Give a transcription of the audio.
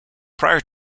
prior